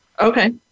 Okay